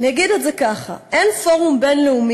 אני אגיד את זה ככה, אין פורום בין-לאומי,